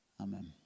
Amen